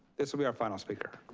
this will be our final speaker.